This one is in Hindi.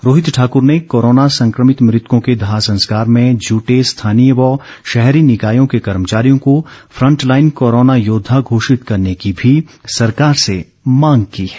रोहित ठाकर ने कोरोना संक्रमित मृतकों के दाह संस्कार में जूटे स्थानीय व शहरी निकायों के कर्मचारियों को फंटलाईन कोरोना योद्वा घोषित करने की भी सरकार से मांग की है